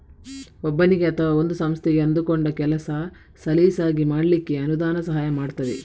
ಒಬ್ಬನಿಗೆ ಅಥವಾ ಒಂದು ಸಂಸ್ಥೆಗೆ ಅಂದುಕೊಂಡ ಕೆಲಸ ಸಲೀಸಾಗಿ ಮಾಡ್ಲಿಕ್ಕೆ ಅನುದಾನ ಸಹಾಯ ಮಾಡ್ತದೆ